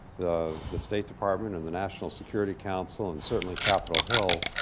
the the state department and the national security council and certainly capitol hill,